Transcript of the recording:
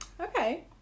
Okay